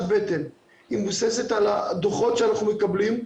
בטן, היא מבוססת על הדוחות שאנחנו מקבלים.